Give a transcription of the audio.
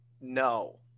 No